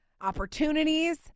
opportunities